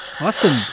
Awesome